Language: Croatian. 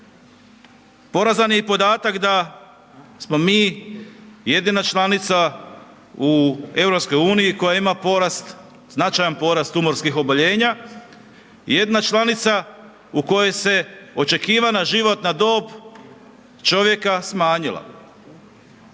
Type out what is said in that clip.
Porazan je i podatak da smo mi jedina članica u EU koja ima porast, značajan porast tumorskih oboljenja i jedina članica u kojoj se očekivana životna dob čovjeka smanjila.